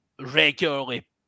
regularly